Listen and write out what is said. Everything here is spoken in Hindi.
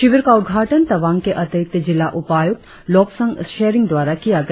शिविर का उदघाटन तवांग के अतिरिक्त जिला उपायुक्त लोबसंग सेरिंग द्वारा किया गया